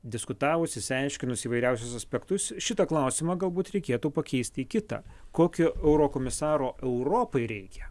diskutavus išsiaiškinus įvairiausius aspektus šitą klausimą galbūt reikėtų pakeisti į kitą kokio eurokomisaro europai reikia